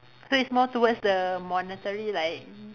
so it's more towards the monetary like